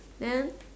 then